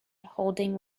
holding